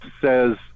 says